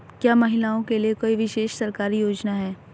क्या महिलाओं के लिए कोई विशेष सरकारी योजना है?